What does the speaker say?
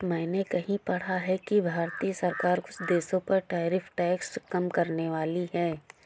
मैंने कहीं पढ़ा है कि भारतीय सरकार कुछ देशों पर टैरिफ टैक्स कम करनेवाली है